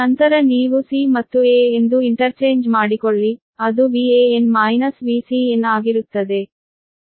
ನಂತರ ನೀವು c ಮತ್ತು a ಎಂದು ಇಂಟರ್ಚೇಂಜ್ ಮಾಡಿಕೊಳ್ಳಿ ಅದು Van Vcn ಆಗಿರುತ್ತದೆ